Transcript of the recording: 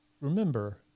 remember